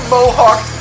Mohawk